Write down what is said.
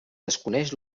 desconeix